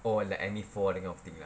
oh like enermy fall that kind of thing lah